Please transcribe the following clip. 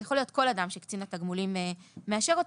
יכול להיות כל אדם שקצין התגמולים מאשר אותו